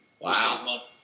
Wow